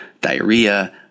diarrhea